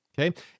Okay